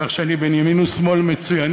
כך שאני בין ימין ושמאל מצוינים.